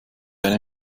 eine